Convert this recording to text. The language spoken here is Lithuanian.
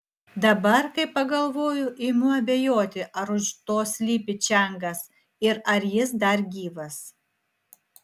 dabar kai pagalvoju imu abejoti ar už to slypi čiangas ir ar jis dar gyvas